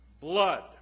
blood